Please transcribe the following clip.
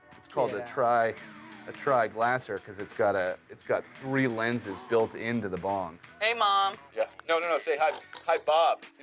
it's called a tri ah tri glasser, cause it's got ah it's got three lenses built into the bong. hey mom! yeah no no say, hi hi bob!